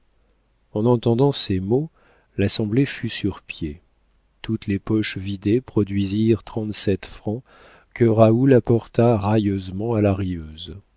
en entendant ces mots l'assemblée fut sur pied toutes les poches vidées produisirent trente-sept francs que raoul apporta railleusement à la rieuse